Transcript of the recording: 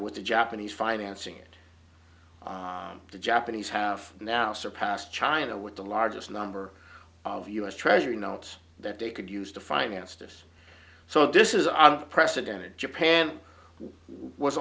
with the japanese financing it the japanese have now surpassed china with the largest number of u s treasury notes that they could use to finance this so this is our president in japan was